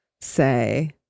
say